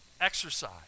exercise